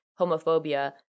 homophobia